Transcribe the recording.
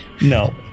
No